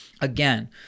Again